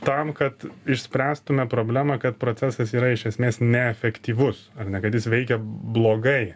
tam kad išspręstume problemą kad procesas yra iš esmės neefektyvus ar ne kad jis veikia blogai